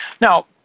Now